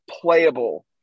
playable